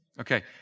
Okay